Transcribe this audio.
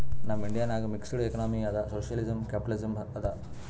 ನಮ್ ಇಂಡಿಯಾ ನಾಗ್ mixed economy ಅದಾ ಸೋಶಿಯಲಿಸಂ, ಕ್ಯಾಪಿಟಲಿಸಂ ಅದಾ